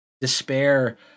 Despair